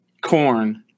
corn